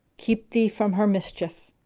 keep thee from her mischief!